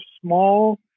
small